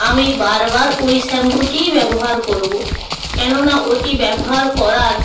আমি বারবার ওই শ্যাম্পুটিই ব্যবহার করব কেননা ওটি ব্যবহার করার